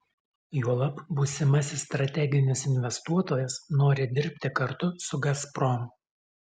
juolab būsimasis strateginis investuotojas nori dirbti kartu su gazprom